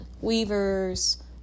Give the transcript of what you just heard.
Weavers